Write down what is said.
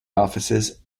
offices